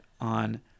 on